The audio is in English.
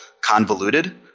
convoluted